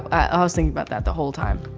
i was thinking about that the whole time.